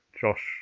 Josh